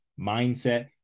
mindset